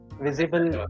visible